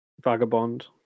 Vagabond